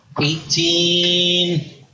Eighteen